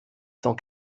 cent